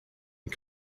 and